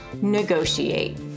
negotiate